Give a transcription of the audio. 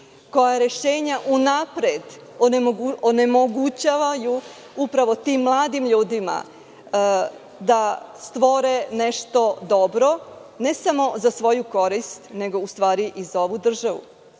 koja rešenja unapred onemogućavaju upravo tim mladim ljudima da stvore nešto dobro, ne samo za svoju korist, nego i za ovu državu. Radi